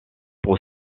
pour